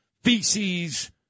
feces